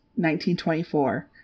1924